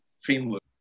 framework